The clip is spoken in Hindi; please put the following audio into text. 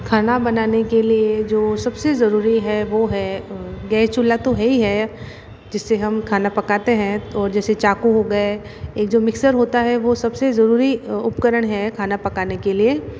खाना बनाने के लिए जो सबसे ज़रूरी है वो है गैस चूल्हा तो है ही है जिससे हम खाना पकाते हैं और जैसे चाकू हो गये एक जो मिक्सर होता है वो सबसे ज़रूरी उपकरण है खाना पकाने के लिए